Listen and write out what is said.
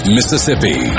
Mississippi